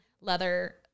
leather